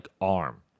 arm